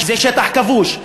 זה שטח כבוש.